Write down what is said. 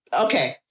Okay